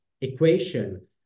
equation